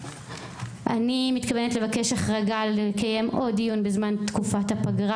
אני מתכוונת לבקש החרגה לקיים עוד דיון בזמן תקופת הפגרה